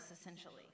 essentially